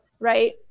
Right